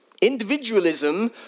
Individualism